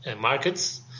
markets